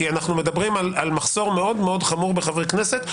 כי אנחנו מדברים על מחסור מאוד מאוד חמור בחברי כנסת.